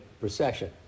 recession